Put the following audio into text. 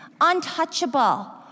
untouchable